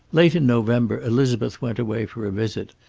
late in november elizabeth went away for a visit,